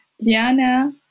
Liana